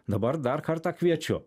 dabar dar kartą kviečiu